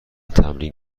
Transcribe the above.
تمرین